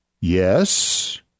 Yes